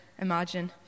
imagine